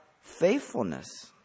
faithfulness